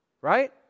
Right